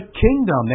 kingdom